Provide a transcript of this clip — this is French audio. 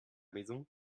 maison